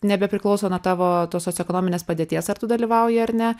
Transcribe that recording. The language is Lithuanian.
nebe priklauso nuo tavo tos socioekonominės padėties ar tu dalyvauji ar ne